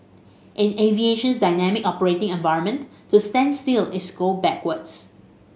in aviation's dynamic operating environment to stand still is go backwards